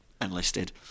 enlisted